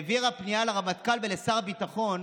העבירה פנייה לרמטכ"ל ולשר הביטחון